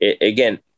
again